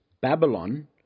Babylon